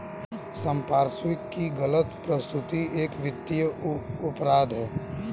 संपार्श्विक की गलत प्रस्तुति एक वित्तीय अपराध है